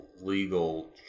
legal